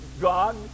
God